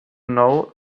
know